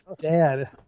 dad